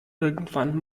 irgendwann